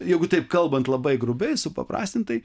jeigu taip kalbant labai grubiai supaprastintai